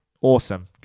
awesome